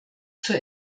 zur